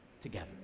together